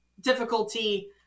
difficulty